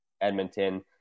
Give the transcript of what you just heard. Edmonton